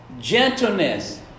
Gentleness